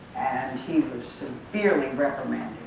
and he was severely recommended,